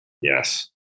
Yes